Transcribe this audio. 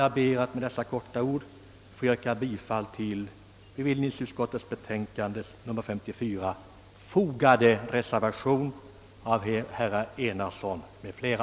Jag ber att med dessa ord få yrka bifall till den vid utskottets betänkande fogade reservationen av herr Enarsson m.fl.